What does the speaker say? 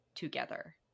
together